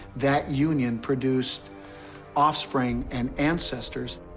that union produced offspring and ancestors.